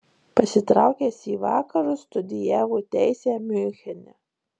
pasitraukęs į vakarus studijavo teisę miunchene